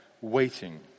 waiting